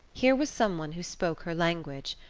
here was some one who spoke her language,